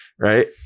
Right